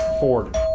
Ford